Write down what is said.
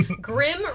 Grim